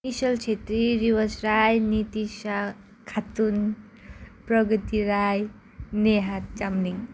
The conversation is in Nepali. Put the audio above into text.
निश्चल छेत्री रिवस राई नितिशा खातुन प्रगति राई नेहा चाम्लिङ